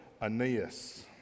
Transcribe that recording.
Aeneas